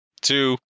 two